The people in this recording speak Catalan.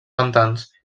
pantans